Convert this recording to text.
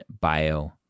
bio